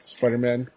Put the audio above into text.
Spider-Man